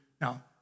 now